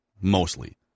mostly